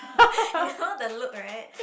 you know the look right